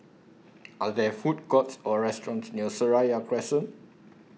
Are There Food Courts Or restaurants near Seraya Crescent